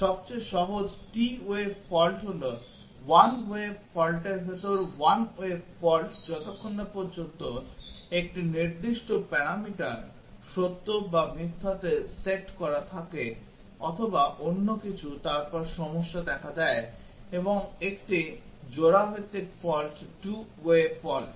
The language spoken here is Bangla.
সবচেয়ে সহজ t ওয়ে ফল্ট হল 1 ওয়ে ফল্টের ভেতরে 1 ওয়ে ফল্ট যতক্ষণ না পর্যন্ত 1 টি নির্দিষ্ট প্যারামিটার সত্য বা মিথ্যাতে সেট করা থাকে অথবা অন্যকিছু তারপর সমস্যা দেখা দেয় এবং একটি জোড়া ভিত্তিক ফল্ট 2 way ফল্ট